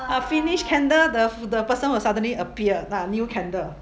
ah finish candle the the person will suddenly appear nah new candle